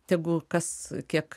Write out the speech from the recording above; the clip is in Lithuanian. tegu kas kiek